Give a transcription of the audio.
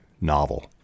novel